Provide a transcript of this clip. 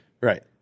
Right